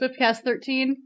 SwiftCast13